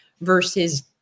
versus